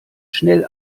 schnell